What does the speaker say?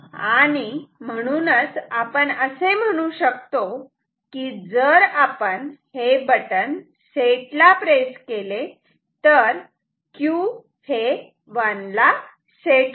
आणि म्हणूनच आपण असे म्हणू शकतो की जर आपण हे बटन सेट ला प्रेस केले तर Q हे 1 ला सेट होते